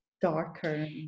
darker